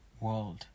world